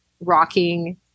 rocking